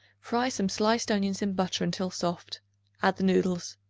fry some sliced onions in butter until soft add the noodles.